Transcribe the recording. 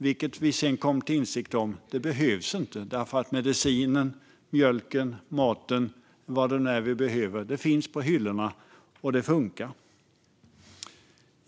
Senare kom vi till insikt om att det inte behövdes, för medicinen, maten, mjölken och vad det nu är som vi behöver finns på hyllorna, och leveranserna funkar.